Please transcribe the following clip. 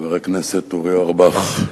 חבר הכנסת אורי אורבך,